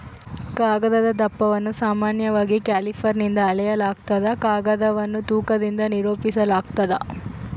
ಕಾಗದದ ದಪ್ಪವನ್ನು ಸಾಮಾನ್ಯವಾಗಿ ಕ್ಯಾಲಿಪರ್ನಿಂದ ಅಳೆಯಲಾಗ್ತದ ಕಾಗದವನ್ನು ತೂಕದಿಂದ ನಿರೂಪಿಸಾಲಾಗ್ತದ